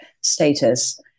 status